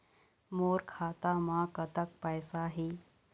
मोर खाता म कतक पैसा हे?